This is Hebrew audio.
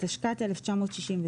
התשכ"ט-1969,